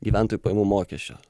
gyventojų pajamų mokesčio